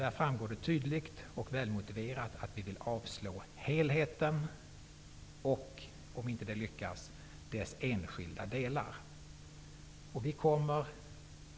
Där framgår det tydligt och välmotiverat att vi vill avslå helheten och om inte det lyckas dess enskilda delar.